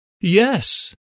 Yes